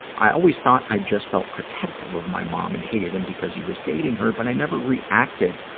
i always thought i just felt protective of my mom and hated him because he was dating her. but i never reacted,